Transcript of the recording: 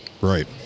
Right